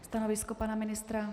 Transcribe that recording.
Stanovisko pana ministra?